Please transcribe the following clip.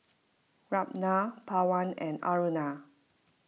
Ramnath Pawan and Aruna